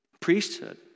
priesthood